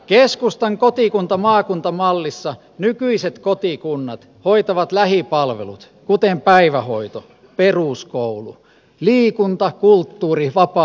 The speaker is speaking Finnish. keskustan kotikuntamaakunta mallissa nykyiset kotikunnat hoitavat lähipalvelut kuten päivähoito peruskoulu liikunta kulttuuri vapaa ajan palvelut